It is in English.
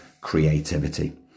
creativity